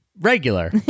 Regular